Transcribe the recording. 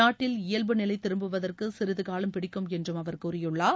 நாட்டில் இயல்பு நிலை திரும்புவதற்கு சிறிது காலம் பிடிக்கும் என்று அவர் கூறியுள்ளார்